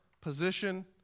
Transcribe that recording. position